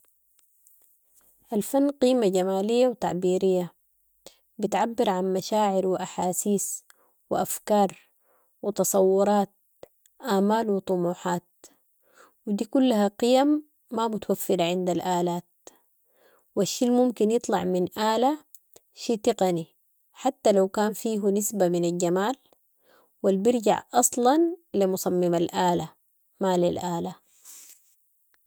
الفن قيمة جمالية و تعبييرية، بتعبر عن مشاعر واحاسيس و افكار و تصورات، امال و طموحات و دي كلها قيم ما متوفرة عند الالات و الشي الممكن يطلع من اله، شي تقني حتي لو كان فيهو نسبة من الجمال و البرجع اصلا لمصمم الاله، ما للاله.